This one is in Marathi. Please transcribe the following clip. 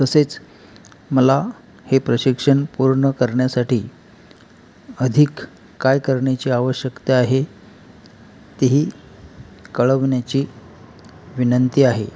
तसेच मला हे प्रशिक्षण पूर्ण करण्यासाठी अधिक काय करण्याची आवश्यकता आहे तेही कळवण्याची विनंती आहे